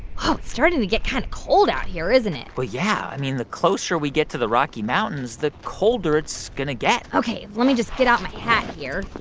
oh, starting to get kind of cold out here, isn't it? well, yeah. i mean, the closer we get to the rocky mountains, the colder it's going to get ok. let me just get out my hat here.